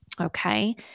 Okay